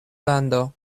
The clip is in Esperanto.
lando